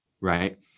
right